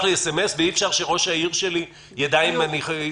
לי סמ"ס ואי אפשר שראש העירייה שלי יידע שאני חולה?